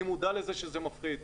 אני מודע לזה שזה מפחד.